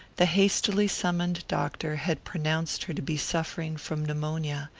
the hastily summoned doctor had pronounced her to be suffering from pneumonia,